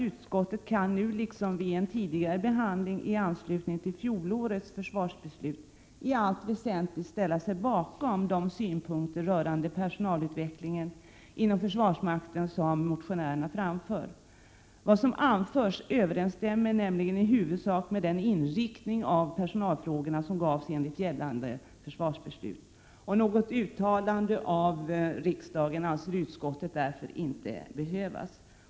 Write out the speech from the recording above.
Utskottet kan nu liksom vid en tidigare behandling i anslutning till fjolårets försvarsbeslut i allt väsentligt ställa sig bakom de synpunkter rörande personalutvecklingen inom försvarsmakten som motionärerna framför. Vad som anförs överensstämmer i huvudsak med den inriktning av personalfrå gorna som gavs enligt gällande försvarsbeslut. Något uttalande av riksdagen anser utskottet därför inte behövas.